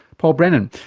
paul brennan.